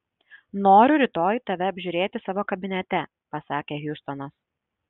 noriu rytoj tave apžiūrėti savo kabinete pasakė hjustonas